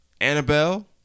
Annabelle